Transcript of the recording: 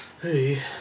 Hey